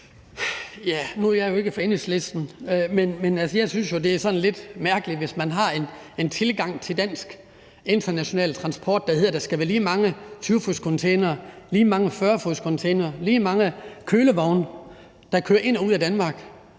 Nu er jeg ikke fra Enhedslisten, men altså, jeg synes jo, det er sådan lidt mærkeligt, hvis man har en tilgang til dansk international transport, der hedder, at der skal være lige mange 20-fodscontainere, lige mange 40-fodscontainere og lige mange kølevogne, der kører ind og ud af Danmark.